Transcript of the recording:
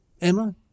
Emma